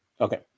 Okay